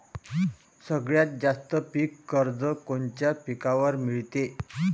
सगळ्यात जास्त पीक कर्ज कोनच्या पिकावर मिळते?